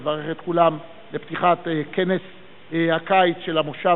אני מברך את כולם בפתיחת כנס הקיץ של המושב